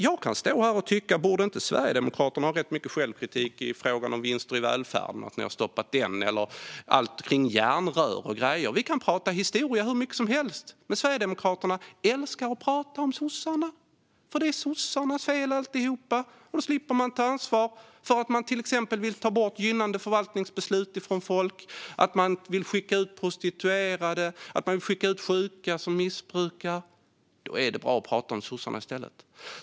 Jag kan stå här och tycka att Sverigedemokraterna borde idka rätt mycket självkritik när det gäller frågan om vinster i välfärden, som de har stoppat, eller allt kring järnrör och sådana grejer. Vi kan prata historia hur mycket som helst. Men Sverigedemokraterna älskar att prata om sossarna, för det är sossarnas fel, alltihop. Då slipper ni ta ansvar för att ni till exempel vill ta bort gynnande förvaltningsbeslut från folk, att ni vill skicka ut prostituerade och att ni vill skicka ut sjuka som missbrukar, Ludvig Aspling. Då är det bra att kunna prata om sossarna i stället.